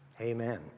amen